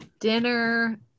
dinner